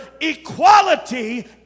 equality